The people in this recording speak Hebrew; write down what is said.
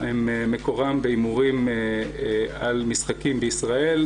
מקורם בהימורים על משחקים בישראל,